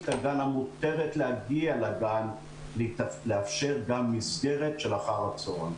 הגן המותר להגיע לגן ולאפשר גם מסגרת של אחר-הצהריים.